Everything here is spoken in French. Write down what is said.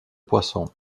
poissons